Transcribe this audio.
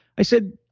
i said,